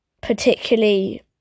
particularly